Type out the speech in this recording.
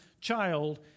child